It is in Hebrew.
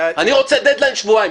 אני רוצה דד-ליין שבועיים,